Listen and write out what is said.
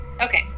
Okay